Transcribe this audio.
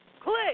Click